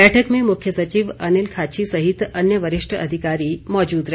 बैठक में मुख्य सचिव अनिल खाची सहित अन्य वरिष्ठ अधिकारी मौजूद रहे